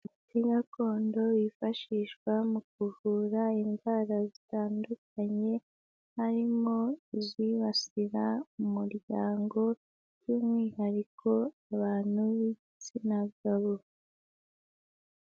Umuti gakondo wifashishwa mu kuvura indwara zitandukanye, harimo izibasira umuryango, by'umwihariko abantu b'ibitsina gabo.